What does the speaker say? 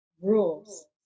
rules